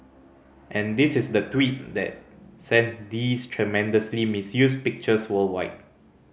and this is the tweet that sent these tremendously misused pictures worldwide